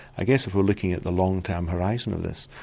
i guess if we're looking at the long-term horizon of this,